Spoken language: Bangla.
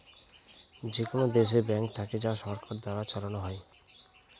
যেকোনো দেশে ব্যাঙ্ক থাকে যা সরকার দ্বারা চালানো হয়